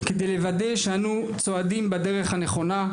כדי לוודא שאנו צועדים בדרך הנכונה,